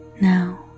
now